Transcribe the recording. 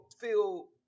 feel